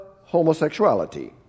homosexuality